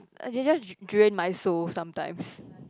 as in just d~ drain my soul sometimes